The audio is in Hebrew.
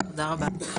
תודה רבה.